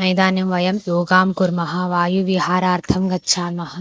नेदानीं वयं योगं कुर्मः वायुविहारार्थं गच्छामः